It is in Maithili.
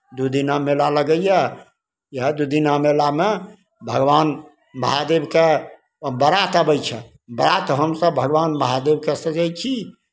दू दिना मेला लगैए इएह दू दिना मेलामे भगवान महादेवके बारात अबै छनि बारात हमसभ भगवान महादेवके सजै छी